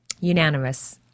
unanimous